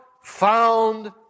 found